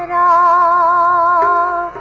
o